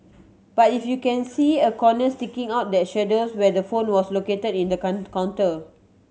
but if you can see a corner sticking out that shadows where the phone was located in the counter